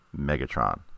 Megatron